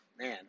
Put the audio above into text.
man